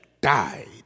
died